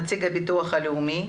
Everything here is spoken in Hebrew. נציג הביטוח הלאומי,